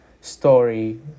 story